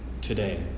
today